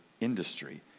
industry